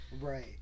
right